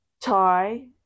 tie